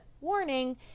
warning